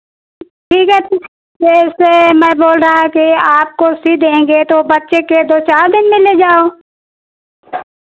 ठीक है फिर जैसे मैं बोल रहा कि आपको सिल देंगे तो बच्चे के दो चार दिन में ले जाओ